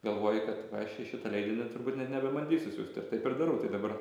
galvoji kad va aš į šitą leidinį turbūt net nebebandysiu siųst ir taip ir darau tai dabar